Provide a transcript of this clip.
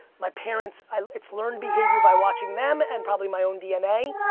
my parents it's learned behavior by watching them and probably my own dna.